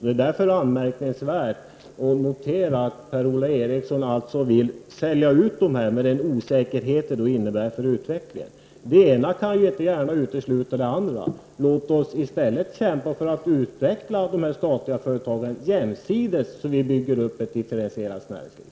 Det är därför anmärkningsvärt att Per-Ola Eriksson alltså vill sälja ut dessa företag, med den osäkerhet det innebär för utvecklingen. Det ena kan ju inte gärna utesluta det andra. Låt oss i stället kämpa för att utveckla dessa statliga företag jämsides med att vi bygger upp ett differentierat näringsliv.